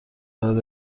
برات